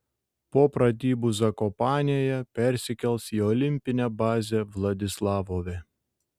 po pratybų zakopanėje persikels į olimpinę bazę vladislavove